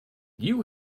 you